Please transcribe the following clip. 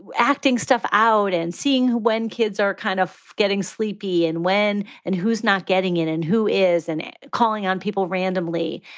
acting stuff out and seeing when kids are kind of getting sleepy and when and who's not getting in and who is in it calling on people randomly.